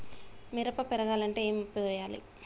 మిరప పెరగాలంటే ఏం పోయాలి?